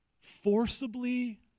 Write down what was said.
Forcibly